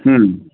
हुं